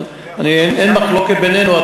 אבל אין מחלוקת בינינו.